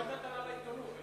לא היתה כוונה לעיתונות.